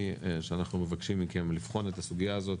שאנחנו מבקשים מכם לבחון את הסוגיה הזאת